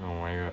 oh my god